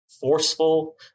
forceful